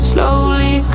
Slowly